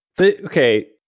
okay